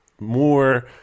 More